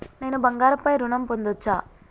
నేను బంగారం పై ఋణం పొందచ్చా?